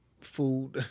Food